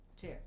two